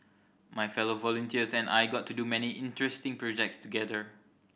my fellow volunteers and I got to do many interesting projects together